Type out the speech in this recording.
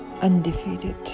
undefeated